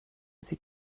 sie